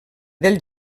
del